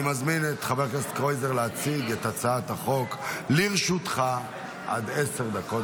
נעבור לנושא הבא על סדר-היום: הצעת חוק חובת המכרזים (תיקון,